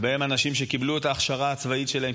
ובו האנשים שקיבלו את ההכשרה הצבאית שלהם,